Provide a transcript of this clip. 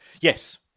Yes